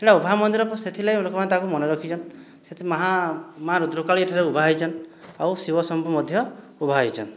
ସେଟା ଉଭା ମନ୍ଦିର ତ ସେଥିଲାଗି ଲୋକମାନେ ତାକୁ ମନେ ରଖିଛନ୍ ସେଠି ମା ରୁଦ୍ରକାଳୀ ଏଠାରେ ଉଭା ହେଇଛନ୍ ଆଉ ଶିବ ଶମ୍ଭୁ ମଧ୍ୟ ଉଭା ହେଇଛନ୍